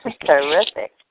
Terrific